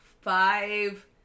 five